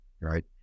Right